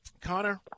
Connor